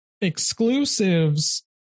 exclusives